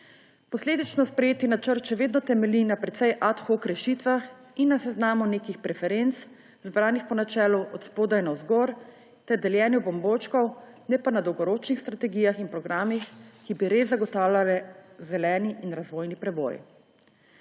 Posledično sprejeti načrt še vedno temelji na precej ad hoc rešitvah in na seznamu nekih preferenc, zbranih po načelu od spodaj navzgor ter deljenju bombončkov, ne pa na dolgoročnih strategijah in programih, ki bi res zagotavljali zeleni in razvojni preboj.